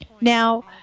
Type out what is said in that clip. Now